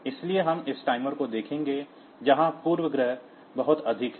इसलिए हम इस टाइमर को देखेंगे जहां पूर्वग्रह बहुत अधिक हैं